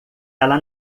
ela